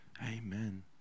Amen